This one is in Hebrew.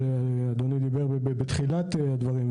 אדוני בתחילת הדברים,